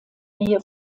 nähe